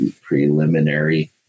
preliminary